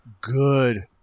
good